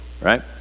right